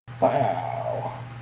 Wow